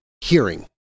hearing